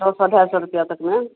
दो सौ ढाई सौ रुपया तक में